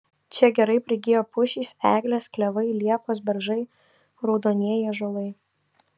čia gerai prigijo pušys eglės klevai liepos beržai raudonieji ąžuolai